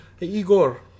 Igor